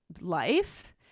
life